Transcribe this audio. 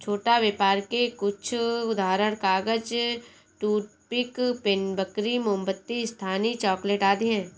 छोटा व्यापर के कुछ उदाहरण कागज, टूथपिक, पेन, बेकरी, मोमबत्ती, स्थानीय चॉकलेट आदि हैं